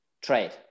trade